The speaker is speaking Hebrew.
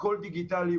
הכול דיגיטלי,